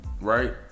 right